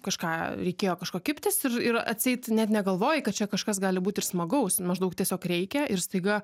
kažką reikėjo kažko kibtis ir ir atseit net negalvoji kad čia kažkas gali būt ir smagaus maždaug tiesiog reikia ir staiga